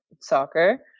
soccer